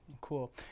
Cool